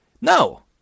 No